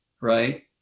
right